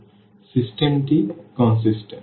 সুতরাং সিস্টেম টি কন্সিস্টেন্ট